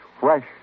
fresh